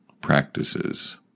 practices